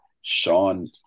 Sean